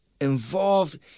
involved